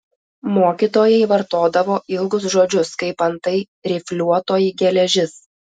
mokytojai vartodavo ilgus žodžius kaip antai rifliuotoji geležis